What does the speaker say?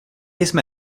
jsme